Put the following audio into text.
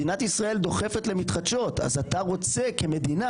מדינת ישראל דוחפת למתחדשות אז אתה רוצה כמדינה,